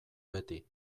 beti